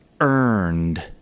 earned